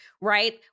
right